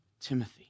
Timothy